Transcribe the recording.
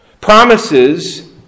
Promises